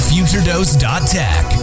FutureDose.Tech